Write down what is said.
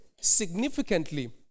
significantly